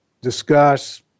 discuss